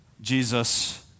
Jesus